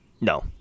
No